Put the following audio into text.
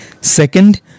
Second